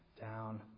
down